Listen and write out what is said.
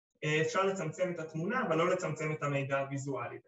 ‫אפשר לצמצם את התמונה, ‫אבל לא לצמצם את המידע הוויזואלי.